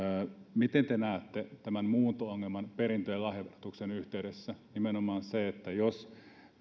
miten te näette tämän muunto ongelman perintö ja lahjaverotuksen yhteydessä nimenomaan sen jos